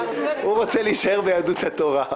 הוא רוצה להישאר ביהדות התורה,